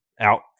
Out